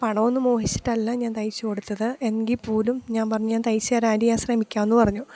പണമൊന്നും മോഹിച്ചിട്ടല്ല ഞാൻ തയ്ച്ചു കൊടുത്തത് എങ്കിൽപ്പോലും ഞാൻ പറഞ്ഞു ഞാൻ തയ്ച്ചു തരാം ആൻ്റി ഞാൻ ശ്രമിക്കാമെന്നു പറഞ്ഞു